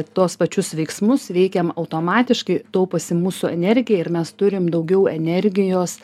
tuos pačius veiksmus veikiam automatiškai tauposi mūsų energija ir mes turim daugiau energijos